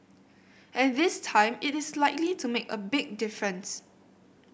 and this time it is likely to make a big difference